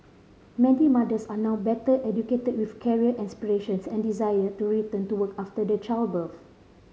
many mothers are now better educated with career aspirations and desire to return to work after the childbirth